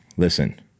Listen